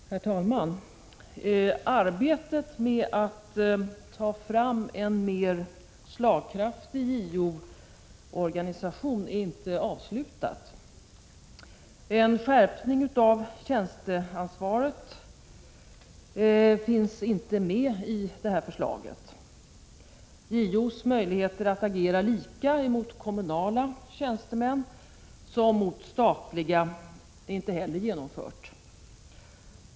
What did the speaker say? Herr talman! Arbetet med att ta fram en mera slagkraftig JO-organisation är inte avslutat. En skärpning av tjänsteansvaret finns inte med i detta förslag. JO:s möjligheter att agera lika mot kommunala tjänstemän som mot statliga är inte heller fullt genomförda.